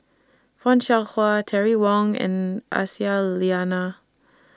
fan Shao Hua Terry Wong and Aisyah Lyana